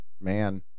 man